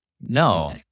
no